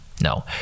No